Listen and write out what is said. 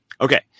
Okay